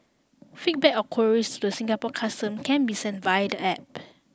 feedback or queries to the Singapore Custom can be sent via the App